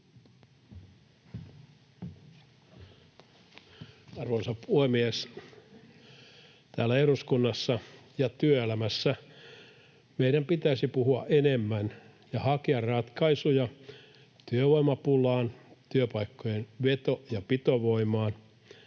Arvoisa puhemies! Täällä eduskunnassa ja työelämässä meidän pitäisi puhua enemmän ja hakea ratkaisuja työvoimapulaan, työpaikkojen veto- ja pitovoimaan,